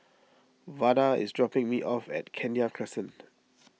Vada is dropping me off at Kenya Crescent